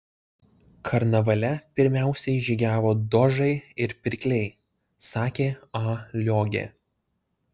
karnavale pirmiausiai žygiavo dožai ir pirkliai sakė a liogė